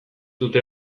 dute